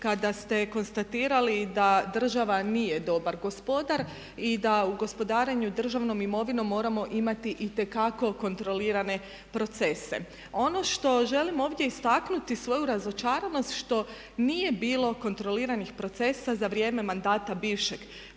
kada ste konstatirali da država nije dobar gospodar i da u gospodarenju državnom imovinom moramo imati itekako kontrolirane procese. Ono što želim ovdje istaknuti svoju razočaranost što nije bilo kontroliranih procesa za vrijeme mandata bivšeg